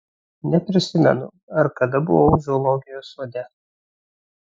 neprisimenu ar kada buvau zoologijos sode